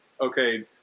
okay